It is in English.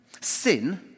Sin